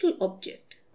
object